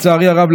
לצערי הרב,